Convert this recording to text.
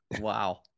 wow